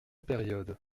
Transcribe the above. période